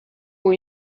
ont